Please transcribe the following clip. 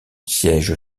siège